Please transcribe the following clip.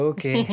Okay